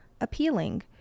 appealing